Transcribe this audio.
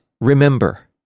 remember